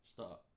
Stop